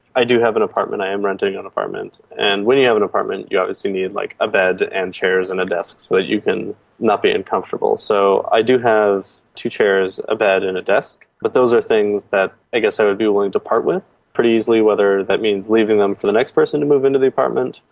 i do have an apartment, i am renting an apartment, and when you have an apartment you have obviously need like a bed and chairs and a desk so that you can not be uncomfortable. so i do have two chairs, a bed and a desk. but those are things that i guess i would be willing to part with pretty easily, whether that means leaving them for the next person to move into the apartment,